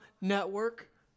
Network